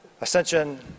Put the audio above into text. ascension